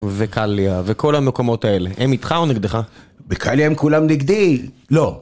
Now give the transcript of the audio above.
וקליה, וכל המקומות האלה, הם איתך או נגדך? בקליה הם כולם נגדי, לא.